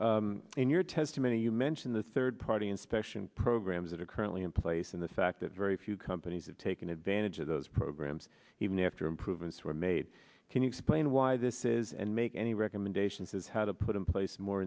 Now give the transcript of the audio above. across in your testimony you mention the third party inspection programs that are currently in place in the fact that very few companies have taken advantage of those programs even after improvements were made can you explain why this is and make any recommendations is how to put in place more